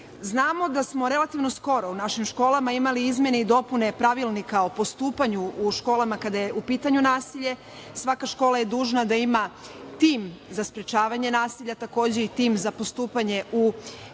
da smo relativno skoro u našim školama imali izmene i dopune Pravilnika o postupanju u školama kada je u pitanju nasilje. Svaka škola je dužna da ima tim za sprečavanje nasilja, takođe i tim za postupanju u kriznim